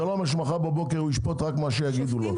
זה לא אומר שמחר בבוקר הוא ישפוט רק מה שיגידו לו.